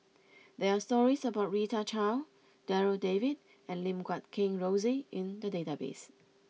there are stories about Rita Chao Darryl David and Lim Guat Kheng Rosie in the database